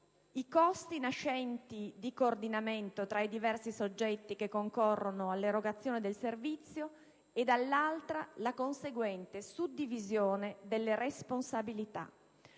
i costi nascenti di coordinamento tra i diversi soggetti che concorrono alla erogazione del servizio e dall'altro la conseguente suddivisione delle responsabilità.